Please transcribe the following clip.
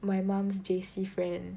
my mum's J_C friend